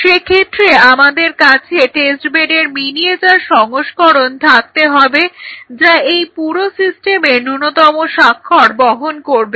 সেক্ষেত্রে আমাদের কাছে টেস্ট বেডের মিনিয়েচার সংস্করণ থাকতে হবে যা এই পুরো সিস্টেমের নূন্যতম স্বাক্ষর বহন করবে